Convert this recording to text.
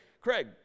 Craig